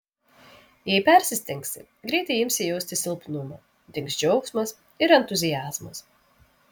jei persistengsi greitai imsi jausti silpnumą dings džiaugsmas ir entuziazmas